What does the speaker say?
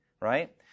right